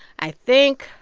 i think.